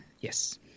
Yes